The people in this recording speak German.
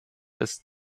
ist